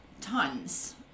Tons